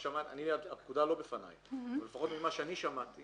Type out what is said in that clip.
הפקודה לא בפניי אבל לפחות ממה שאני שמעתי